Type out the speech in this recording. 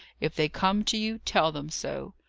if they come to you, tell them so.